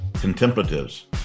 contemplatives